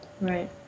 Right